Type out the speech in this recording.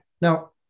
Now